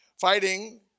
Fighting